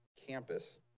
campus